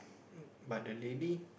but the lady